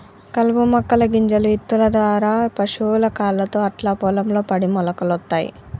కలుపు మొక్కల గింజలు ఇత్తుల దారా పశువుల కాళ్లతో అట్లా పొలం లో పడి మొలకలొత్తయ్